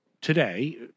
today